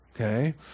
Okay